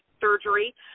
surgery